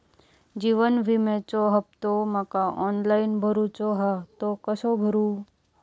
जीवन विम्याचो हफ्तो माका ऑनलाइन भरूचो हा तो कसो भरू?